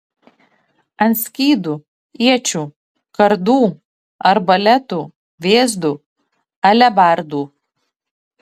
ant skydų iečių kardų arbaletų vėzdų alebardų